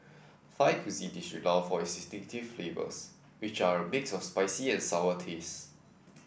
Thai cuisine is renowned for its distinctive flavors which are a mix of spicy and sour taste